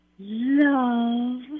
love